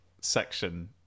section